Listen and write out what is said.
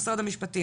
משרד המשפטים.